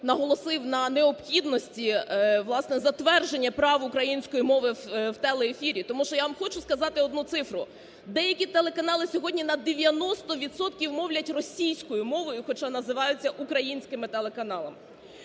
наголосив на необхідності, власне, затвердження прав української мови в телеефірі. Тому що я вам хочу сказати одну цифру: деякі телеканали сьогодні на 90 відсотків мовлять російською мовою, хоча називаються українськими телеканалами.